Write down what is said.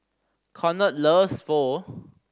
Conard loves Pho